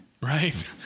right